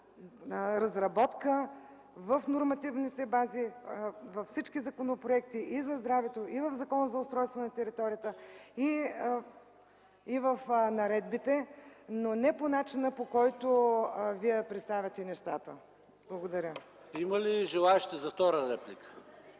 има разработка в нормативните бази във всички законопроекти – и за здравето, и в Закона за устройството на територията, и в наредбите, но не по начина, по който Вие представяте нещата. Благодаря. ПРЕДСЕДАТЕЛ ПАВЕЛ ШОПОВ: Има ли желаещи за втора реплика?